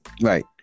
right